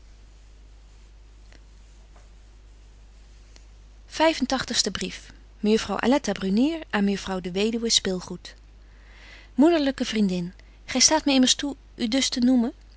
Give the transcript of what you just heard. en tagtigste brief mejuffrouw aletta brunier aan mejuffrouw de weduwe spilgoed moederlyke vriendin gy staat my immers toe u dus te noemen